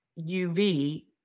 UV